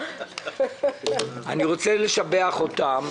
אני רוצה לשבח אותם,